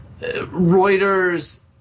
Reuters